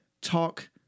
talk